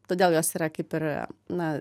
todėl jos yra kaip ir na